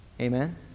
Amen